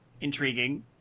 intriguing